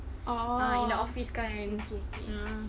oh okay okay